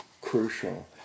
crucial